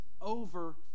over